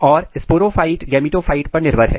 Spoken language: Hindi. और स्पोरोफाइट गेमिटोफाइट पर निर्भर है